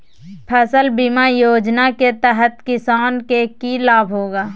फसल बीमा योजना के तहत किसान के की लाभ होगा?